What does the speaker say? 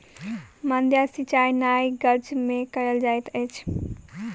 माद्दा सिचाई नाइ गज में कयल जाइत अछि